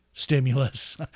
stimulus